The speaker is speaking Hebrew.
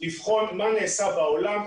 לבחון מה נעשה בעולם,